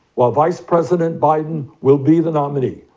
while vice president biden will be the nominee,